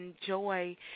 enjoy